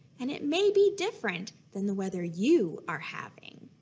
and it may be different, than the weather you are having.